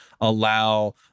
allow